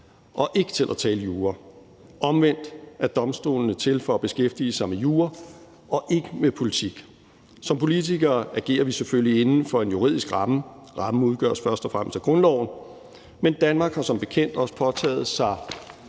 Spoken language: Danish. og ikke til at tale jura. Omvendt er domstolene til for at beskæftige sig med jura og ikke med politik. Som politikere agerer vi selvfølgelig inden for en juridisk ramme; rammen udgøres først og fremmest af grundloven, men Danmark har som bekendt også påtaget sig